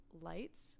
lights